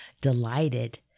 delighted